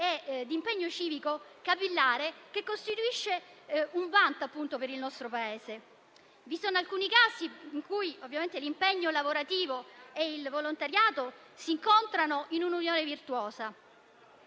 di impegno civico capillare, che costituisce un vanto per il nostro Paese. Vi sono casi in cui l'impegno lavorativo e il volontariato si incontrano in un'unione virtuosa: